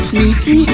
Sneaky